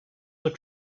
were